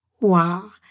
Wow